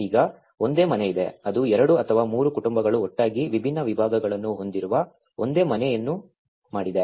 ಈಗ ಒಂದೇ ಮನೆ ಇದೆ ಅದು ಎರಡು ಅಥವಾ ಮೂರು ಕುಟುಂಬಗಳು ಒಟ್ಟಾಗಿ ವಿಭಿನ್ನ ವಿಭಾಗಗಳನ್ನು ಹೊಂದಿರುವ ಒಂದೇ ಮನೆಯನ್ನು ಮಾಡಿದೆ